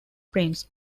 prince